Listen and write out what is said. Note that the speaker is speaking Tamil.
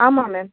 ஆமாம் மேம்